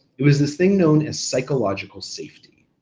it was this thing known as psychological safety.